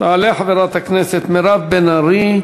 תעלה חברת הכנסת מירב בן ארי,